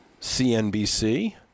CNBC